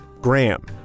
Graham